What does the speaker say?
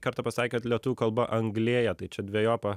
kartą pasakė kad lietuvių kalba anglėja tai čia dvejopa